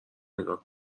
نگاه